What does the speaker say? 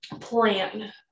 plan